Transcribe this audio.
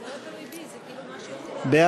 בתי-חולים ממשלתיים, לשנת הכספים 2017, נתקבל.